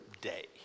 day